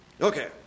Okay